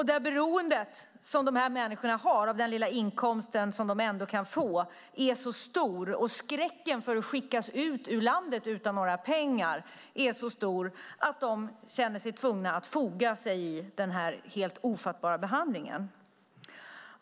Det beroende som dessa människor har av den lilla inkomst som de trots allt kan få är så stor och skräcken för att skickas ut ur landet utan några pengar likaså att de känner sig tvungna att foga sig i den helt ofattbara behandlingen.